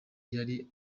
yari